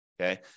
okay